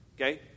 Okay